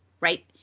right